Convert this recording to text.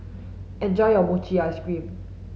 enjoy your Mochi Ice Cream